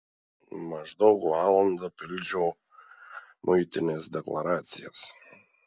maždaug valandą pildžiau muitinės deklaracijas